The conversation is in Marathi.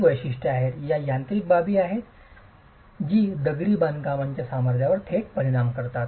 ही वैशिष्ट्ये आहेत ही यांत्रिक बाबी आहेत जी दगडी बांधकामाच्या सामर्थ्यावर थेट परिणाम करतात